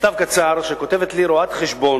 מכתב קצר, שכותבת לי רואת-חשבון;